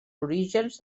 orígens